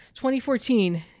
2014